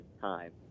time